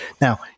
Now